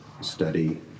study